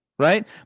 Right